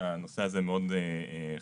המצב לא יכול להימשך עוד בצורה הזאת,